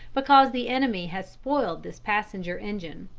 because the enemy has spoiled this passenger engine.